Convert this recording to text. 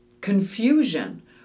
confusion